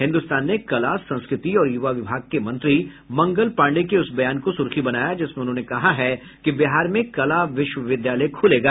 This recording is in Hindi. हिन्दुस्तान ने कला संस्कृति और युवा विभाग के मंत्री मंगल पाण्डेय के उस बयान को सुर्खी बनाया है जिसमें उन्होंने कहा है कि बिहार में कला विश्वविद्यालय खुलेगा